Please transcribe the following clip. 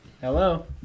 hello